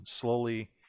slowly